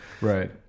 right